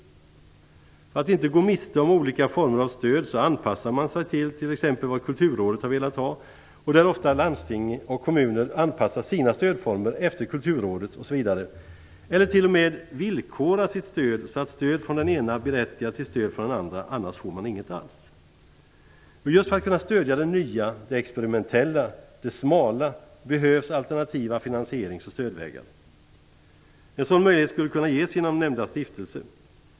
För att inte gå miste om olika former av stöd anpassar man sig till t.ex. vad Kulturrådet har velat ha. Landsting och kommuner anpassar ofta sina stödformer efter Kulturrådets, eller stöden kan t.o.m. villkoras, så att man är berättigad till stöd från den ena om man har fått stöd från den andra och annars får man inget alls. Just för att kunna stödja det nya, det experimentella, det smala behövs alternativa finansierings och stödvägar. Nämnda stiftelse skulle kunna ge möjlighet till detta.